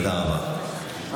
תודה רבה, תמשיך.